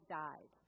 died